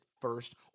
First